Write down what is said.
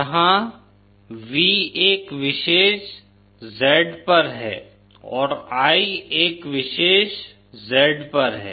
जहाँ V एक विशेष Z पर है और I एक विशेष Z पर है